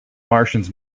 martians